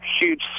Huge